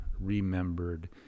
remembered